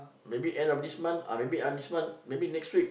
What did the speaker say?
maybe end of this month ah maybe end of this month maybe next week